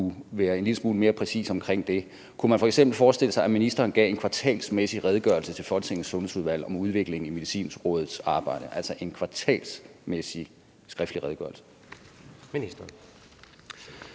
være en lille smule mere præcis omkring det. Kunne man f.eks. forestille sig, at ministeren gav en kvartalsvis skriftlig redegørelse til Folketingets Sundheds- og Ældreudvalg om udviklingen i Medicinrådets arbejde? Kl. 10:18 Tredje